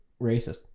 racist